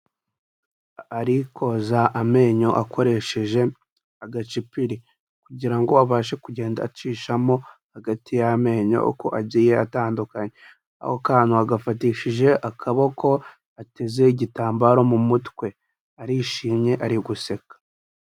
Ari koza amenyo akoresheje agacipiri kugira ngo abashe kugenda acishamo hagati y'amenyo uko agiye atandukanye. Ako kantu agafatishije akaboko, ateze igitambaro mu mutwe, arishimye ari guseka.